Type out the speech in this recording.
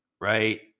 right